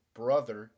brother